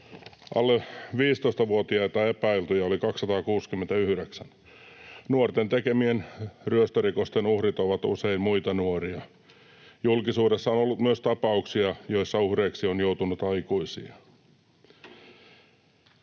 alle 15-vuotiaita epäiltyjä oli 269. Nuorten tekemien ryöstörikosten uhrit ovat usein muita nuoria. Julkisuudessa on ollut myös tapauksia, joissa uhreiksi on joutunut aikuisia.